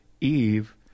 Eve